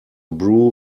brew